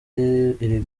uruguay